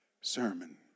sermon